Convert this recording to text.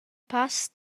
pass